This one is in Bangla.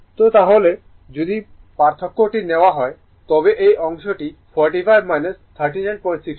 তো তাহলে যদি পার্থক্যটি নেওয়া হয় তবে এই অংশটি 45 3961 হবে